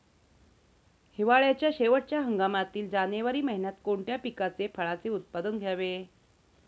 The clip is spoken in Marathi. हिवाळ्याच्या शेवटच्या हंगामातील जानेवारी महिन्यात कोणत्या पिकाचे, फळांचे उत्पादन घ्यावे?